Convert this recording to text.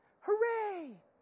Hooray